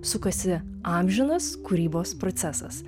sukasi amžinas kūrybos procesas